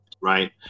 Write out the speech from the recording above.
right